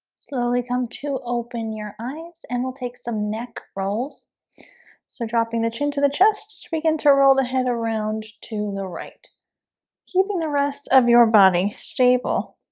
slowly come to open your eyes and we'll take some neck rolls so dropping the chin to the chest begin to roll the head around to the right keeping the rest of your body stable